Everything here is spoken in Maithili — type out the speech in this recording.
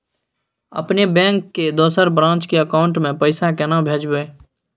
अपने बैंक के दोसर ब्रांच के अकाउंट म पैसा केना भेजबै?